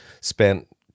spent